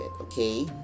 okay